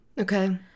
okay